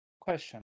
Question